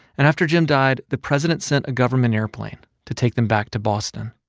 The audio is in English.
and after jim died, the president sent a government airplane to take them back to boston